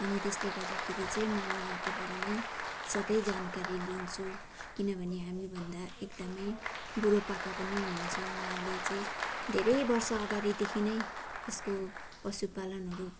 अनि त्यसले गर्दाखेरि चाहिँ म उहाँकोबाट नै सधैँ जानकारी लिन्छु किनभने हामीभन्दा एकदमै बुढोपाका पनि हुनुहुन्छ उहाँले चाहिँ धेरै वर्ष अगाडिदेखि नै यसको पशुपालनहरू